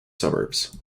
suburbs